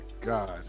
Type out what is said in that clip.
God